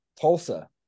Tulsa